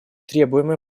требуемое